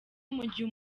mugihe